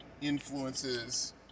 influences